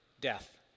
death